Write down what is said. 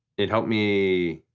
it helped me